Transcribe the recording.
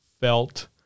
felt